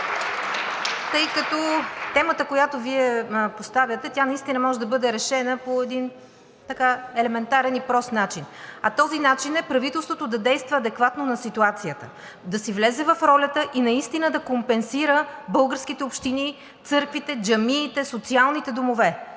Тъй като темата, която Вие поставяте, наистина може да бъде решена по един елементарен и прост начин, а този начин е правителството да действа адекватно на ситуацията, да си влезе в ролята и наистина да компенсира българските общини, църквите, джамиите, социалните домове.